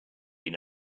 been